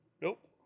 Nope